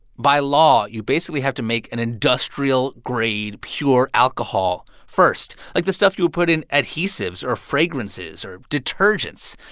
by law, you basically have to make an industrial-grade, pure pure alcohol first, like the stuff you would put in adhesives or fragrances or detergents.